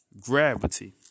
gravity